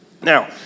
Now